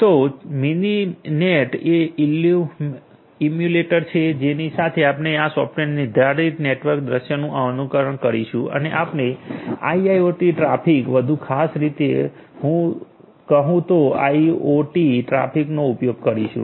તો મિનિનેટ એ ઇમ્યુલેટર છે જેની સાથે આપણે આ સોફ્ટવેરને નિર્ધારિત નેટવર્ક દૃશ્યનું અનુકરણ કરીશું અને આપણે આઈઆઈઓટી ટ્રાફિક વધુ ખાસ રીતે કહુંતો આઇઓટી ટ્રાફિકનો ઉપયોગ કરીશું